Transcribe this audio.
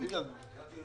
הבנת?